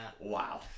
wow